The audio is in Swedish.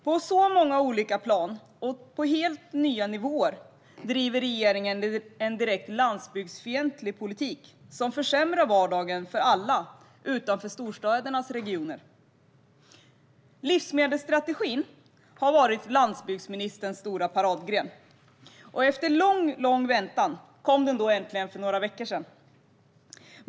På så många olika plan och på helt nya nivåer driver regeringen en direkt landsbygdsfientlig politik som försämrar vardagen för alla utanför storstädernas regioner. Livsmedelsstrategin har varit landsbygdsministerns stora paradgren. Efter en lång, lång väntan kom den äntligen för några veckor sedan.